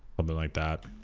um like that